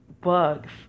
bugs